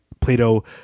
Plato